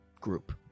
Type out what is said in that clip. group